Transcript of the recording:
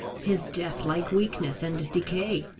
his death-like weakness and decay,